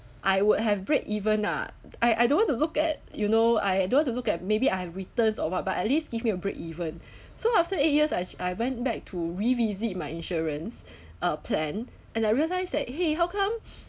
I would have break even ah I I don't want to look at you know I don't want to look at maybe I have returns or what but at least give me a break even so after eight years I ac~ I went back to revisit my insurance uh plan and I realise that !hey! how come